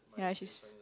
ya she's